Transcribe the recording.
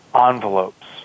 envelopes